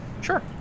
Sure